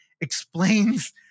explains –